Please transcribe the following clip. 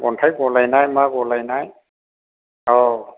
अन्थाइ गलायनाय मा गलायनाय औ